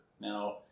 Now